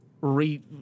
re